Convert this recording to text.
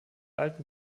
alten